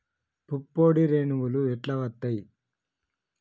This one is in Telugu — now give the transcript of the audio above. పుప్పొడి రేణువులు ఎట్లా వత్తయ్?